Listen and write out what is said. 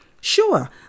Sure